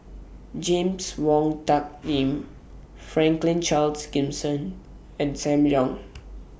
James Wong Tuck Yim Franklin Charles Gimson and SAM Leong